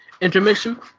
Intermission